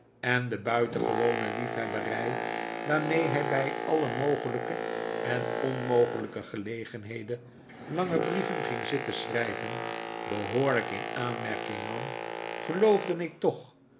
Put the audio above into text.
en de buitengewone liefhebberij waarmee hij bij alle mogelijke en onmogelijke gelegenheden lange brieven ging zitten schrijven behoorlijk in aanmerking nam geloofde ik toch